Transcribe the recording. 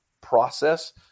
process